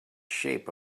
shape